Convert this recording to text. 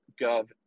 Gov